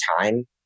time